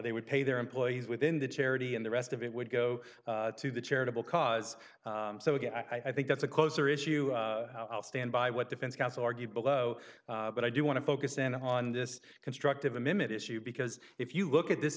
they would pay their employees within the charity and the rest of it would go to the charitable cause so again i think that's a closer issue i'll stand by what defense counsel argued below but i do want to focus in on this constructive a minute issue because if you look at this